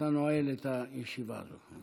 אתה נועל את הישיבה הזאת.